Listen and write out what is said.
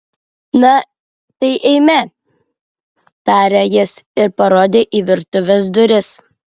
na tai eime tarė jis ir parodė į virtuvės duris